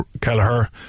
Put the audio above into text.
Kelleher